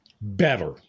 better